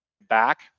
back